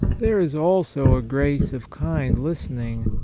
there is also a grace of kind listening,